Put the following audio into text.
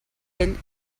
ell